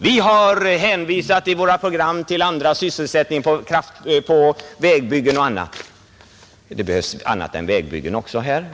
Vi har hänvisat till våra program, till andra sysselsättningar i vägbyggen och annat, invänder man. Men det behövs annat än vägbyggen också här.